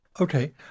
Okay